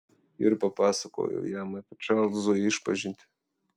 ir papasakojau jam apie čarlzo išpažintį